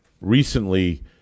recently